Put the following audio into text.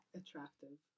attractive